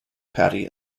patty